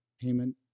payment